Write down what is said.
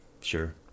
Sure